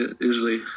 Usually